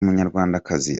munyarwandakazi